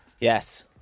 Yes